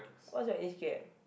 what's your age gap